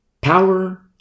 power